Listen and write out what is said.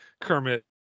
Kermit